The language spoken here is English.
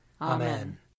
Amen